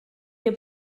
heb